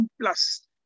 plus